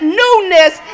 newness